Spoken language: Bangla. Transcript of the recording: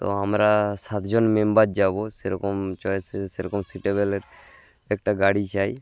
তো আমরা সাতজন মেম্বার যাব সেরকম চয়েসে সেরকম সি টেবেলের একটা গাড়ি চাই